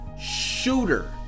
shooter